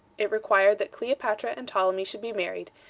it required that cleopatra and ptolemy should be married,